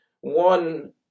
one